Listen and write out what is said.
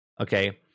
Okay